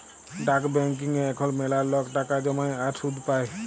ডাক ব্যাংকিংয়ে এখল ম্যালা লক টাকা জ্যমায় আর সুদ পায়